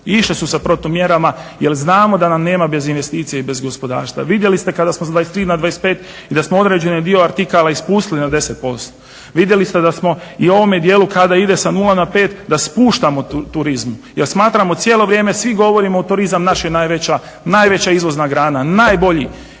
išle su sa protumjerama, jer znamo da nam nema bez investicija i bez gospodarstva. Vidjeli ste kada smo sa 23 na 25 u da smo određeni dio artikala i spustili na 10%, vidjeli ste da smo i u ovome dijelu kada ide sa 0 na 5 da spuštamo turizmu jer smatramo cijelo vrijeme, svi govorimo turizam naša je najveća izvozna grana, najbolji